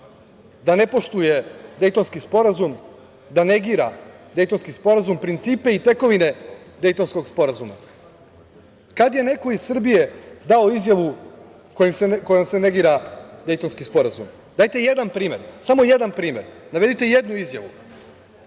da ne poštuje Dejtonski sporazum, da negira Dejtonski sporazum, principe i tekovine Dejtonskog sporazuma? Kad je neko iz Srbije dao izjavu kojom se negira Dejtonski sporazum? Dajte samo jedan primer, navedite jednu izjavu.